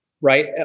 right